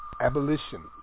Abolition